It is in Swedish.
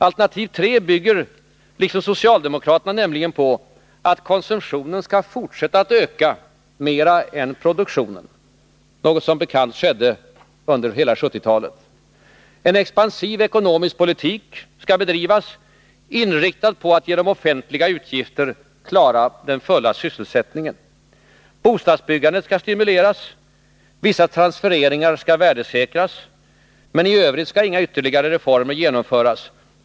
Alternativ III bygger — liksom socialdemokraternas modell — på att konsumtionen skall fortsätta att öka mer än produktionen, vilket som bekant skedde under hela 1970-talet. En expansiv ekonomisk politik skall bedrivas, inriktad på att genom offentliga utgifter klara den fulla sysselsättningen. Bostadsbyggandet skall stimuleras. Vissa transfereringar skall värdesäkras. Men i övrigt skall inga ytterligare reformer genomföras.